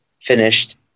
finished